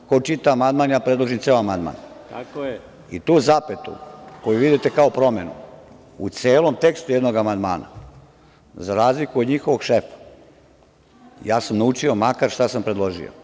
Ko čita amandman, predlažem ceo amandman i tu zapetu koju vidite kao promenu u celom tekstu jednog amandmana, za razliku od njihovog šefa, ja sam naučio makar šta sam predložio.